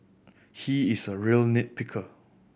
he is a real nit picker